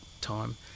time